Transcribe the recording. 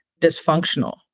dysfunctional